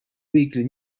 weekly